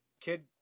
kid